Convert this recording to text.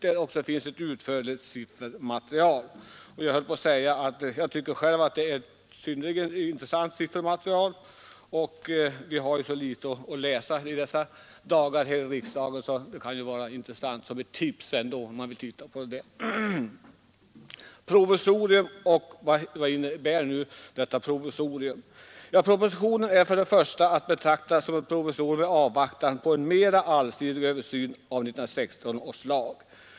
Även där finns det ett utförligt siffermaterial som jag tycker är synnerligen intressant. Vi har ju här i riksdagen ”så litet att läsa” i dessa dagar att detta siffermaterial kan utgöra ett intressant tips till läsning. Vad går nu denna proposition ut på? Den är för det första att betrakta som ett provisorium i avvaktan på en mer allsidig översyn av 1916 års lag.